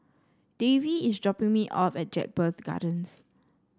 Davey is dropping me off at Jedburgh Gardens